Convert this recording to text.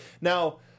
Now